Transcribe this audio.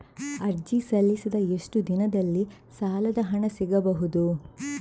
ಅರ್ಜಿ ಸಲ್ಲಿಸಿದ ಎಷ್ಟು ದಿನದಲ್ಲಿ ಸಾಲದ ಹಣ ಸಿಗಬಹುದು?